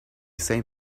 same